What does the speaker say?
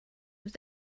was